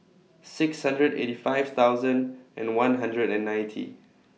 six hundred eighty five thousand and one hundred and ninety